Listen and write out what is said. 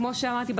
כמו שאמרתי,